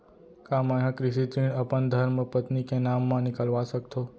का मैं ह कृषि ऋण अपन धर्मपत्नी के नाम मा निकलवा सकथो?